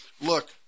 Look